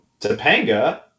Topanga